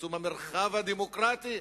צמצום המרחב הדמוקרטי,